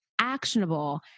actionable